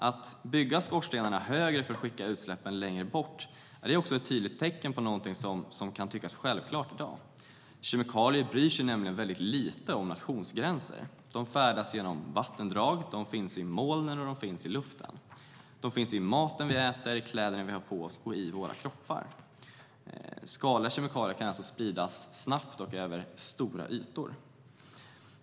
Att bygga skorstenarna högre för att skicka utsläppen längre bort är ett tydligt tecken på något som kan tyckas självklart i dag: Kemikalier bryr sig väldigt lite om nationsgränser. De färdas genom våra vattendrag, och de finns i molnen och i luften. De finns i maten vi äter, i kläderna vi har på oss och i våra kroppar. Skadliga kemikalier kan spridas snabbt och över stora ytor.